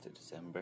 December